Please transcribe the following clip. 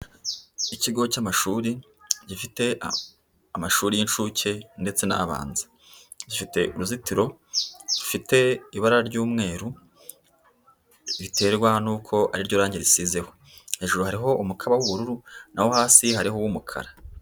Ikigo cy'amashuri gifite amashuri y'inshuke ndetse n'abanza, gifite uruzitiro rufite ibara ry'umweru riterwa n'uko ariryo range risizeho, hejuru hariho umukaba w'ubururu naho hasi hariho uw'umukara.